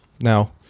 Now